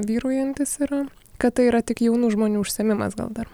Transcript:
vyraujantis yra kad tai yra tik jaunų žmonių užsiėmimas gal dar